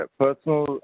personal